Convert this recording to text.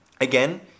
again